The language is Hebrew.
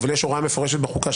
אבל יש הוראה מפורשת בחוקה,